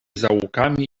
zaułkami